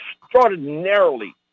extraordinarily